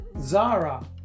Zara